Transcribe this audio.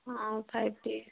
ହଁ ଫାଇଭ୍ ଟି